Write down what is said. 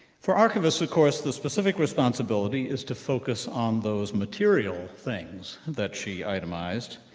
for archivists, of course, the specific responsibility is to focus on those material things that she itemized,